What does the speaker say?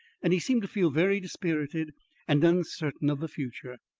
and he seemed to feel very dispirited and uncertain of the future.